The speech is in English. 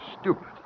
stupid